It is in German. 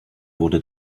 wurde